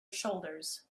shoulders